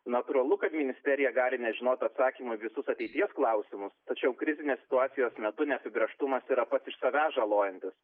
natūralu kad ministerija gali nežinot atsakymo į visus ateities klausimus tačiau krizinės situacijos metu neapibrėžtumas yra pats iš savęs žalojantis